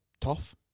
tough